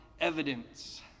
evidence